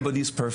אף אחד לא מושלם.